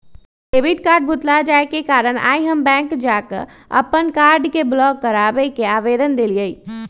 debit card भुतला जाय के कारण आइ हम बैंक जा कऽ अप्पन कार्ड के ब्लॉक कराबे के आवेदन देलियइ